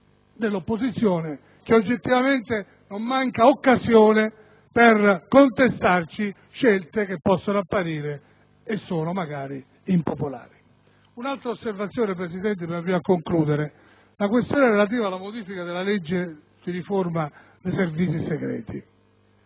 l'opposizione, che oggettivamente non manca occasione per contestarci scelte che possono apparire, e magari sono, impopolari. Un'altra osservazione, Presidente, e mi avvio a concludere, sulla questione relativa alla modifica della legge di riforma dei Servizi segreti.